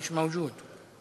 מיש מאוג'וד,